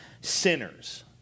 sinners